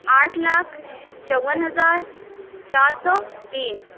آٹھ لاکھ چوون ہزار چار سو تین